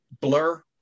Blur